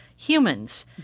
Humans